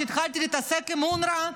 כשהתחלתי להתעסק עם אונר"א,